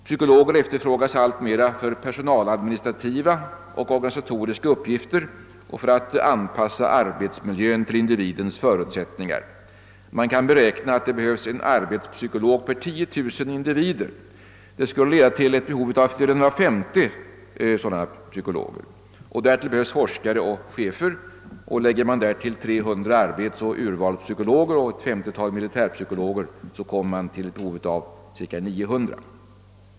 Psykologer efterfrågas alltmer för personaladministrativa och organisatoriska uppgifter och för uppgifter som går ut på att anpassa arbetsmiljön till individens förutsättningar. Man kan beräkna att det behövs en <arbetspsykolog per 10 000 individer. Detta skulle leda fram till ett behov av 450 sådana psykologer, varjämte behövs forskare och chefer. Lägger vi därtill 300 arbetsoch urvalspsykologer samt 50 militärpsykologer kommer vi fram till ett behov av cirka 900.